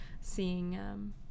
seeing